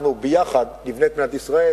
אנחנו ביחד נבנה את מדינת ישראל,